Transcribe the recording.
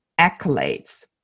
accolades